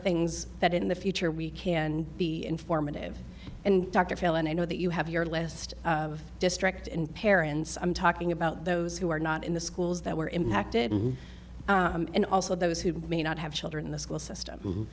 things that in the future we can be informative and dr phil and i know that you have your list of district and parents i'm talking about those who are not in the schools that were impacted and also those who may not have children in the school system